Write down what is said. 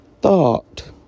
thought